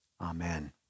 Amen